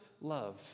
love